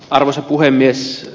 arvoisa puhemies